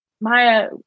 Maya